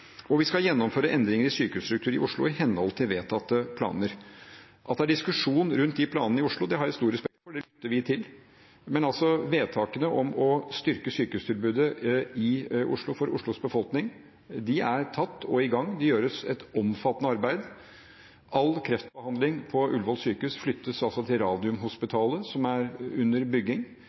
Vi skal gjennomføre endringer i sykehusstrukturen i Oslo i henhold til vedtatte planer. At det er diskusjon rundt de planene i Oslo, har jeg stor respekt for – det lytter vi til. Men vedtakene om å styrke sykehustilbudet i Oslo, for Oslos befolkning, er tatt, og arbeidet er i gang. Det gjøres et omfattende arbeid. All kreftbehandling på Ullevål sykehus flyttes til Radiumhospitalet, som er under bygging.